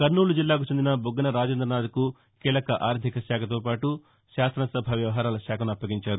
కర్నూలు జిల్లాకు చెందిన బుగ్గన రాజేంద్రనాథ్ కు కీలక ఆర్దిక శాఖతో పాటు శాసన సభ వ్యవహారాల శాఖను అప్పగించారు